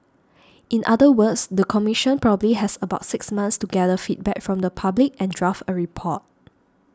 in other words the Commission probably has about six months to gather feedback from the public and draft a report